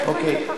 אוקיי.